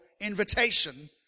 invitation